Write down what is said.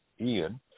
Ian